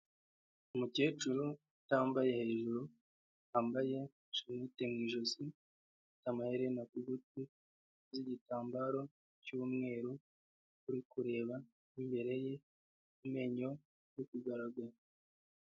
Umukecuru utambaye hejuru, wambaye shenete mu ijosi, amaherena ku gutwi, uteze igitambaro cy'umweru, uri kureba imbere ye, amenyo ari kugaragara.